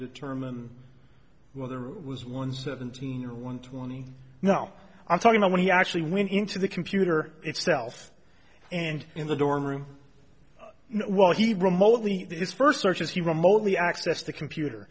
determine whether it was one seventeen or one twenty now i'm talking about when he actually went into the computer itself and in the dorm room while he remotely is first searches he remotely accessed the computer